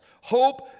hope